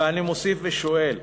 ואני מוסיף ושואל: